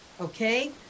okay